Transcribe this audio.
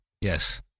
Yes